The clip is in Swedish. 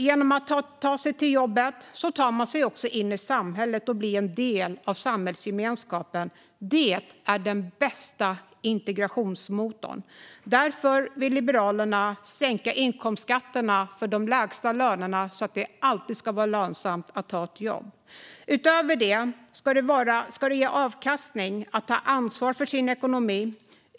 Genom att ta sig till jobbet tar man sig också in i samhället och blir en del av samhällsgemenskapen. Det är den bästa integrationsmotorn. Därför vill Liberalerna sänka inkomstskatten för de lägsta lönerna. Det ska alltid vara lönsamt att ta ett jobb. Utöver det ska det ge avkastning att ta ansvar för sin egen ekonomi.